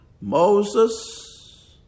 Moses